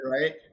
right